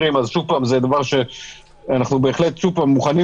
ראינו גם את זה וגם את זה בכל מיני מקומות